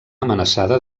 amenaçada